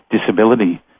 disability